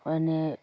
মানে